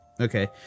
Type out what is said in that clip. okay